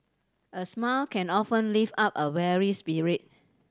a smile can often lift up a weary spirit